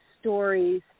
stories